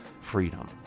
freedom